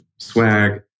Swag